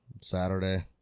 saturday